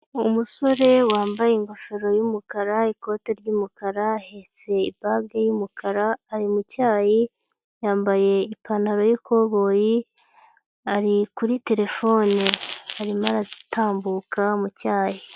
Umusore wambaye ingofero y'umukara, ikoti ry'umukara, ahetse ibage y'umukara ari mu cyayi yambaye ipantaro y'ikoboyi, ari kuri telefone arimo aratambuka mu cyayi.